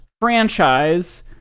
franchise